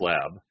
Lab